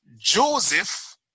joseph